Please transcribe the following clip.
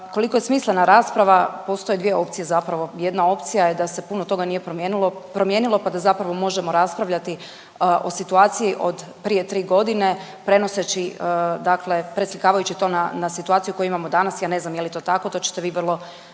koliko je smislena rasprava? Postoje dvije opcije zapravo, jedna opcija je da se puno toga nije promijenilo pa da zapravo možemo raspravljati o situaciji od prije 3 godine prenoseći dakle, preslikavajući to na situaciju koju imamo danas, ja ne znam je li to tako, to ćete vi vrlo